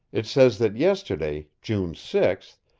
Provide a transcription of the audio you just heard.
it says that yesterday, june six,